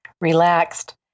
relaxed